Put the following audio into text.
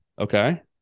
Okay